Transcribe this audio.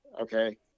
Okay